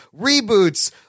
reboots